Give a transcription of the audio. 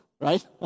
right